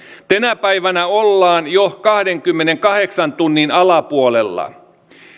tänä päivänä ollaan jo kahdenkymmenenkahdeksan tunnin alapuolella